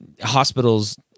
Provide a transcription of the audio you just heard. hospitals